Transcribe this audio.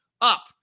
up